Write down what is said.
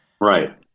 Right